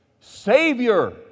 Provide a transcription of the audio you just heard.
savior